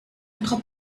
autre